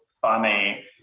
funny